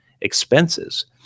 expenses